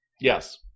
Yes